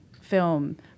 film